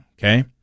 Okay